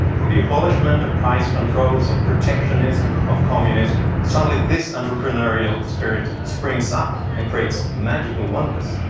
with the abolishment of price controls, of protectionism, of communism, suddenly this entrepreneurial spirit springs up and creates magical wonders.